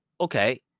okay